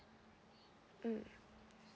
mm